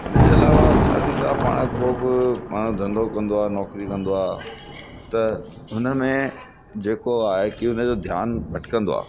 इन जे अलावा छा थींदो आहे पाण को बि माण्हू धंधो कंदो आहे नौकरी कंदो आहे त हुन में जेको आहे कि उन जो ध्यानु भटकंदो आहे